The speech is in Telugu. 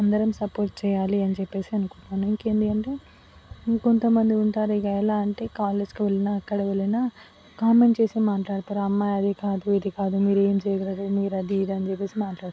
అందరం సపోర్ట్ చెయ్యాలి అని చెప్పేసి అనుకున్నాను ఇంకేంది అంటే ఇంకొంతమంది ఉంటారు ఇగ ఎలా అంటే కాలేజీకి వెళ్ళినా ఎక్కడ వెళ్ళినా కామెంట్ చేసే మాట్లాడతారు అమ్మాయి అది కాదు ఇది కాదు మీరు ఏం చేయగలరు మీరు అది ఇది అని చెప్పేసి మాట్లాడతారు